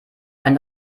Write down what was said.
ein